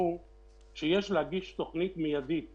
שאמרו שיש להגיש תוכנית מיידית,